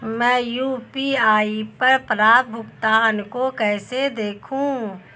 मैं यू.पी.आई पर प्राप्त भुगतान को कैसे देखूं?